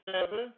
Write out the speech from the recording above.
seven